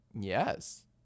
Yes